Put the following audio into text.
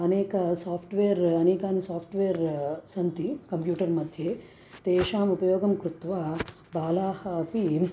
अनेकसोफ़्ट्वेर् अनेकानि सोफ़्ट्वेर् सन्ति कम्प्यूटर्मध्ये तेषाम् उपयोगं कृत्वा बालाः अपि